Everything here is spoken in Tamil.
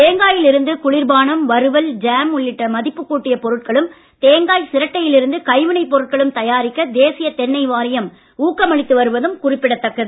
தேங்காயிலிருந்து குளிர்பானம் வறுவல் ஜாம் போன்ற மதிப்பு கூட்டிய பொருட்களும் தேங்காய் சிரட்டையில் இருந்து கைவினைப் பொருட்களும் தயாரிக்க தேசிய தென்னை வாரியம் ஊக்கமளித்து வருவதும் குறிப்பிடதக்கது